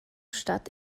stadt